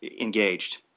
engaged